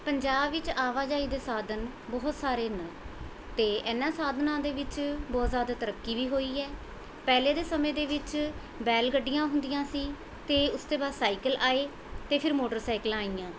ਪੰਜਾਬ ਵਿੱਚ ਆਵਾਜਾਈ ਦੇ ਸਾਧਨ ਬਹੁਤ ਸਾਰੇ ਨੇ ਅਤੇ ਇਹਨਾਂ ਸਾਧਨਾਂ ਦੇ ਵਿੱਚ ਬਹੁਤ ਜ਼ਿਆਦਾ ਤਰੱਕੀ ਵੀ ਹੋਈ ਹੈ ਪਹਿਲੇ ਦੇ ਸਮੇਂ ਦੇ ਵਿੱਚ ਬੈਲ ਗੱਡੀਆਂ ਹੁੰਦੀਆਂ ਸੀ ਅਤੇ ਉਸਦੇ ਬਾਅਦ ਸਾਈਕਲ ਆਏ ਅਤੇ ਫਿਰ ਮੋਟਰਸਾਈਕਲਾਂ ਆਈਆਂ